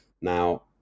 now